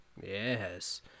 Yes